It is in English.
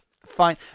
Fine